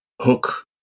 hook